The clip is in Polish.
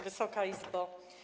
Wysoka Izbo!